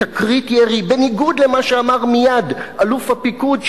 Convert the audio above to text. "תקרית ירי" בניגוד למה שאמר מייד אלוף הפיקוד,